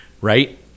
right